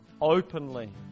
Openly